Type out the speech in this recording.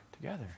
together